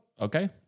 okay